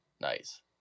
Nice